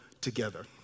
together